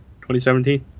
2017